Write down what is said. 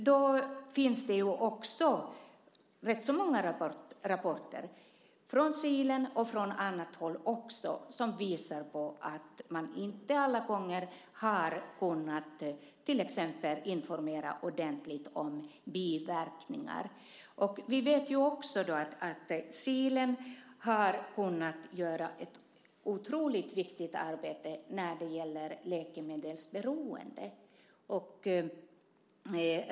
Det finns rätt många rapporter, från Kilen och från annat håll, som visar att man inte alla gånger har kunnat informera ordentligt om till exempel biverkningar. Vi vet också att Kilen har kunnat göra ett otroligt viktigt arbete när det gäller läkemedelsberoende.